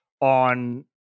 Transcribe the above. on